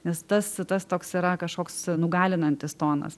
nes tas tas toks yra kažkoks nugalinantis tonas